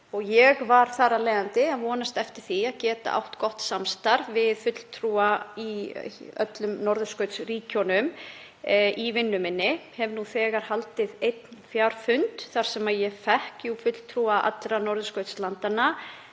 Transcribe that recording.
Ég var að vonast eftir því að geta átt gott samstarf við fulltrúa í öllum norðurskautsríkjunum í vinnu minni, hef nú þegar haldið einn fjarfund og fékk fulltrúa allra norðurskautslandanna